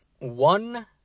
One